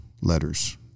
letters